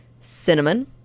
Cinnamon